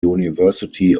university